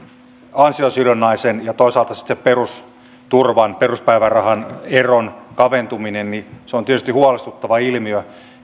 ansiosidonnaisen ja toisaalta sitten perusturvan peruspäivärahan eron kaventuminen on tietysti huolestuttava ilmiö